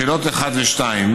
לשאלות 1 2,